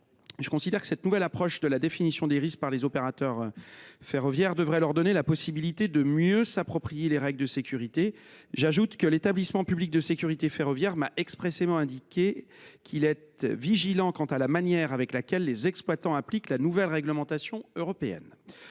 cependant que cette nouvelle approche de la définition des risques par les opérateurs ferroviaires devrait leur donner la possibilité de mieux s’approprier les règles de sécurité. De plus, l’Établissement public de sécurité ferroviaire m’a expressément indiqué être « vigilant quant à la manière [dont] les exploitants appliquent la nouvelle réglementation européenne